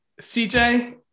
CJ